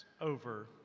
over